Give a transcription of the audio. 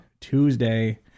Tuesday